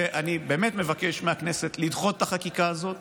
ואני באמת מבקש מהכנסת לדחות את החקיקה הזאת